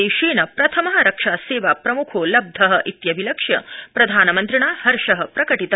देशेन प्रथम रक्षा सेवा प्रम्खो लब्ध इत्यभिलक्ष्य प्रधानमन्त्रिणा हर्ष प्रकटित